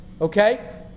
Okay